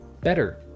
better